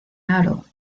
haro